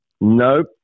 Nope